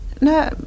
no